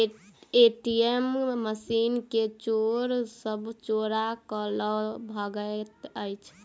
ATM machine के चोर सब चोरा क ल भगैत अछि